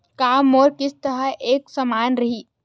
का मोर किस्त ह एक समान रही?